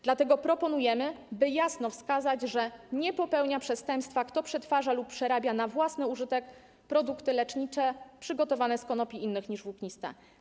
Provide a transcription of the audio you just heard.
Dlatego proponujemy, by jasno wskazać, że nie popełnia przestępstwa ten, kto przetwarza lub przerabia na własny użytek produkty lecznicze przygotowane z konopi innych niż włókniste.